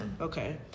okay